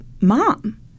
mom